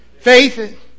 Faith